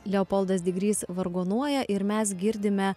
leopoldas digrys vargonuoja ir mes girdime